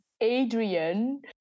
Adrian